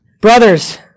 Brothers